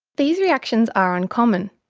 these reactions are uncommon.